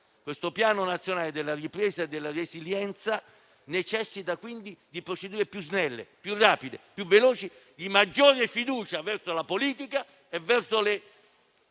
Il Piano nazionale di ripresa e resilienza necessita quindi di procedure più snelle, più rapide, più veloci e di maggiore fiducia verso la politica e gli